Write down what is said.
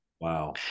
Wow